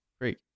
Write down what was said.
great